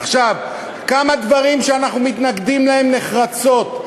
עכשיו, כמה דברים שאנחנו מתנגדים להם נחרצות: